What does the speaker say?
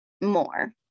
more